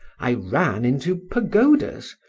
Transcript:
i ran into pagodas,